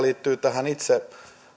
liittyy tähän itse